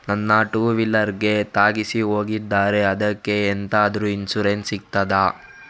ನನ್ನ ಟೂವೀಲರ್ ಗೆ ತಾಗಿಸಿ ಹೋಗಿದ್ದಾರೆ ಅದ್ಕೆ ಎಂತಾದ್ರು ಇನ್ಸೂರೆನ್ಸ್ ಸಿಗ್ತದ?